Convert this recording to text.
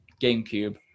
GameCube